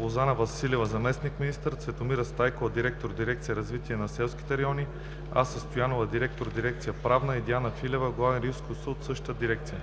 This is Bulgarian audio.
Лозана Василева – заместник-министър, Цветомира Стайкова – директор дирекция „Развитие на селските райони“, Ася Стоянова – директор дирекция „Правна“, и Диана Филева – главен юрисконсулт в същата дирекция.